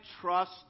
trust